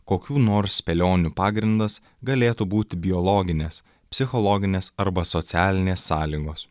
kokių nors spėlionių pagrindas galėtų būti biologinės psichologinės arba socialinės sąlygos